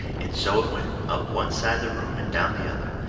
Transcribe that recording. and so it went, up one side the room and down the other.